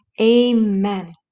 amen